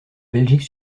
belgique